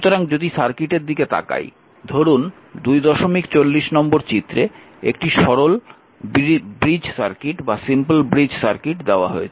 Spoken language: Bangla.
সুতরাং যদি সার্কিটের দিকে তাকাই ধরুন 240 নম্বর চিত্রে একটি সরল ব্রিজ সার্কিট দেওয়া হয়েছে